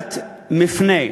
נקודת מפנה.